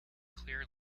clear